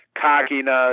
cockiness